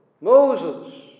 Moses